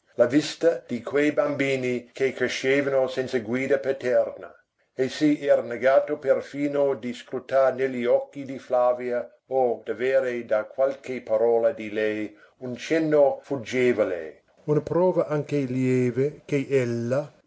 la vista di quei bambini che crescevano senza guida paterna e si era negato perfino di scrutar negli occhi di flavia o d'avere da qualche parola di lei un cenno fuggevole una prova anche lieve che ella da